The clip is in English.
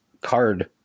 card